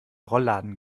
rollladen